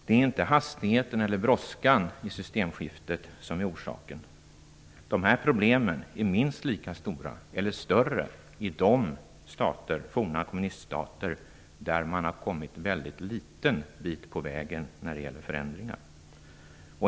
Det är inte hastigheten eller brådskan i systemskiftet som är orsaken. Dessa problem är minst lika stora, eller större, i de forna kommuniststater där man har kommit väldigt liten bit på vägen när det gäller förändringar.